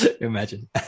Imagine